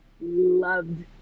loved